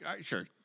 sure